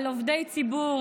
על עובדי ציבור,